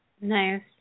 Nice